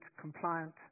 compliant